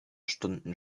stunden